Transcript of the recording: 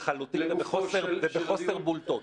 לחלוטין, ובחוסר בוטות.